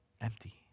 empty